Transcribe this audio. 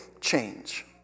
change